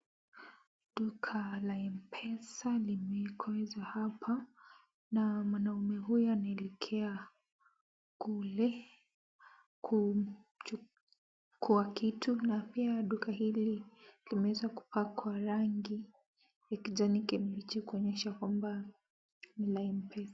Duka la M-Pesa limeekezwa hapa na mwanaume huyo anaelekea kule kuchukua kitu na pia duka hili limeweza kupakwa rangi ya kijani kibichi kuonyesha kwamba ni la M-Pesa.